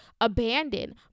abandoned